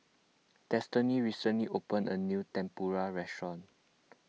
Destiny recently opened a new Tempura restaurant